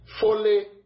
fully